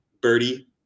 birdie